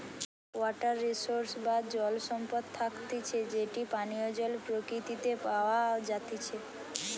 water resource বা জল সম্পদ থাকতিছে যেটি পানীয় জল প্রকৃতিতে প্যাওয়া জাতিচে